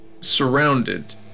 surrounded